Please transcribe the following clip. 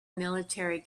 military